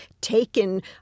taken